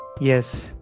Yes